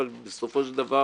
אבל בסופו של דבר